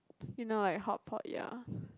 you know like hotpot ya